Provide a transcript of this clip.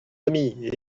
amis